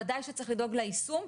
ודאי שצריך לדאוג ליישום,